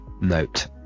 note